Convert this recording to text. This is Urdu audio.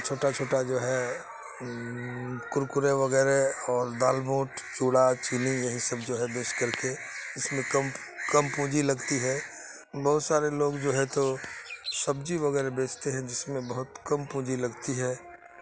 چھوٹا چھوٹا جو ہے کرکرے وغیرہ اور دال موٹ چوڑا چینی یہی سب جو ہے بیچ کر کے اس میں کم کم پونجی لگتی ہے بہت سارے لوگ جو ہے تو سبزی وغیرہ بیچتے ہیں جس میں بہت کم پونجی لگتی ہے